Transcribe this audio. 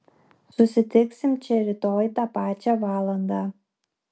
susitiksim čia rytoj tą pačią valandą